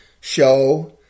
show